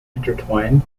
intertwined